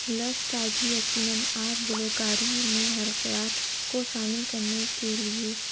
لفظ سازی یقیناً آپ گلوکاری میں حرکات کو شامل کرنے کے لیے